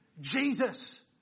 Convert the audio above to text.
Jesus